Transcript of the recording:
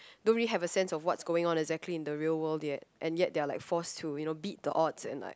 don't really have a sense of what's going on exactly in the real world yet and yet they're like forced to beat the odds and like